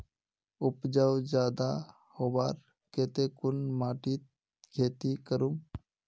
उपजाऊ ज्यादा होबार केते कुन माटित खेती करूम?